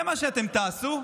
זה מה שאתם תעשו?